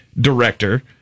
director